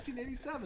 1987